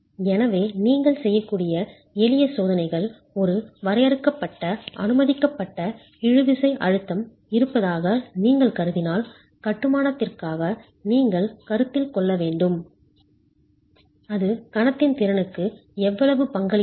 எனவே நீங்கள் செய்யக்கூடிய எளிய சோதனைகள் ஒரு வரையறுக்கப்பட்ட அனுமதிக்கப்பட்ட இழுவிசை அழுத்தம் இருப்பதாக நீங்கள் கருதினால் கட்டுமானதிற்காக நீங்கள் கருத்தில் கொள்ள வேண்டும் அது கணத்தின் திறனுக்கு எவ்வளவு பங்களிக்கிறது